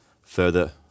further